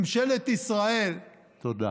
ממשלת ישראל, תודה.